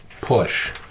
push